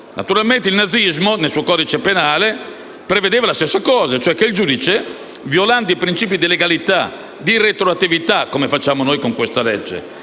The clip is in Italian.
giudizio. Il nazismo, nel suo codice penale, prevedeva la stessa cosa e cioè che: il giudice, violando i principi di legalità e di retroattività - come facciamo noi con questa legge